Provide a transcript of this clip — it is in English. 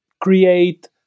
create